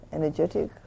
energetic